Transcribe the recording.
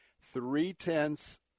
Three-tenths